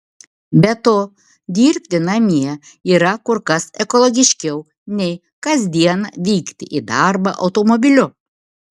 be to dirbti namie yra kur kas ekologiškiau nei kas dieną vykti į darbą automobiliu